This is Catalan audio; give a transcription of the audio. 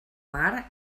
mar